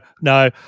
no